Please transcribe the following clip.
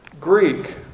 Greek